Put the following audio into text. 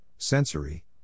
sensory